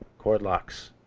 cord locks,